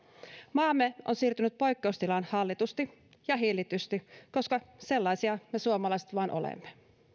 maamme on siirtynyt poikkeustilaan hallitusti ja hillitysti koska sellaisia me suomalaiset vain olemme